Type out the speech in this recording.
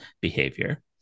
behavior